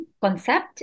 concept